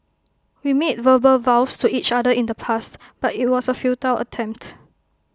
we made verbal vows to each other in the past but IT was A futile attempt